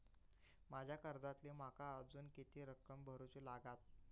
माझ्या कर्जातली माका अजून किती रक्कम भरुची लागात?